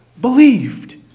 believed